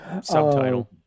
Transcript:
subtitle